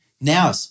now